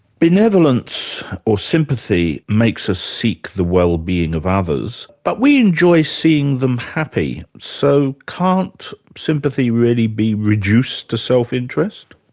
benevolence or sympathy makes us seek the wellbeing of others, but we enjoy seeing them happy, so can't sympathy really be reduced to self-interest?